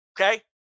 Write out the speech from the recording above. okay